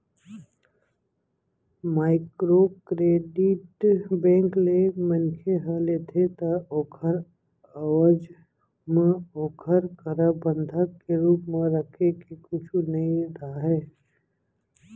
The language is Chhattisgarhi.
माइक्रो क्रेडिट बेंक ले मनखे ह लेथे ता ओखर एवज म ओखर करा बंधक के रुप म रखे के कुछु नइ राहय